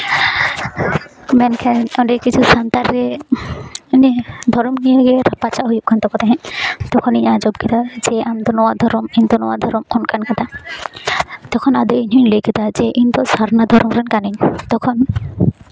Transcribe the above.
ᱢᱮᱱᱠᱷᱟᱱ ᱚᱸᱰᱮ ᱠᱤᱪᱷᱩ ᱥᱟᱱᱛᱟᱲ ᱛᱮ ᱤᱱᱟᱹ ᱫᱷᱚᱨᱚᱢ ᱱᱤᱭᱟᱹᱜᱮ ᱨᱟᱯᱟᱪᱟᱜ ᱦᱩᱭᱩᱜ ᱠᱟᱱ ᱛᱟᱠᱚ ᱛᱟᱦᱮᱸᱜ ᱛᱚᱠᱷᱚᱱᱤᱧ ᱟᱸᱡᱚᱢ ᱠᱮᱫᱟ ᱡᱮ ᱟᱢ ᱫᱚ ᱱᱚᱣᱟ ᱫᱷᱚᱨᱚᱢ ᱤᱧ ᱫᱚ ᱱᱚᱣᱟ ᱫᱷᱚᱨᱚᱢ ᱚᱱᱠᱟᱱ ᱠᱟᱛᱷᱟ ᱛᱚᱠᱷᱚᱱ ᱟᱫᱚ ᱤᱧ ᱦᱚᱸᱧ ᱞᱟᱹᱭ ᱠᱮᱫᱟ ᱡᱮ ᱤᱧ ᱫᱚ ᱥᱟᱨᱱᱟ ᱫᱷᱚᱨᱚᱢ ᱨᱮᱱ ᱠᱟᱹᱱᱟᱹᱧ ᱛᱚᱠᱷᱚᱱ